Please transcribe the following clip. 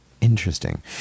Interesting